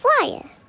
fire